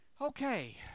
Okay